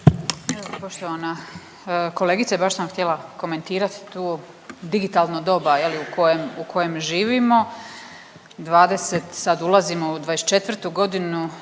Poštovana kolegice baš sam htjela komentirati to digitalno doba je li u kojem živimo. Sad ulazimo u dvadeset